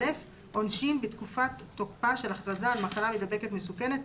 עונשין בתקופת תוקפה של הכרזה על מחלה מידבקת מסוכנת,